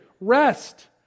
rest